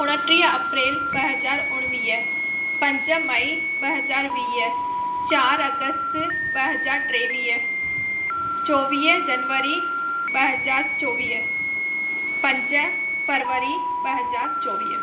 उणटीह अप्रैल ॿ हज़ार उणिवीह पंज मई ॿ हज़ार वीह चार अगस्त ॿ हज़ार टेवीह चोवीह जनवरी ॿ हज़ार चोवीह पंज फरवरी ॿ हज़ार चोवीह